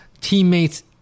teammates